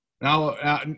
Now